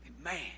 Amen